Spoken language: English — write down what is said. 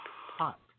hot